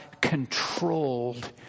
controlled